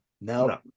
no